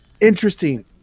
Interesting